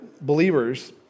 believers